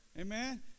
Amen